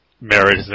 marriage